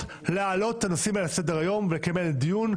להעלות את הנושאים האלה על סדר-היום ולקיים עליהם דיון,